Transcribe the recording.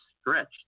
stretched